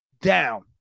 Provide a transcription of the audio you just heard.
down